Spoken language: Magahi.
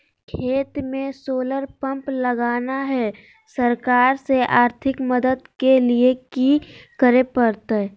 खेत में सोलर पंप लगाना है, सरकार से आर्थिक मदद के लिए की करे परतय?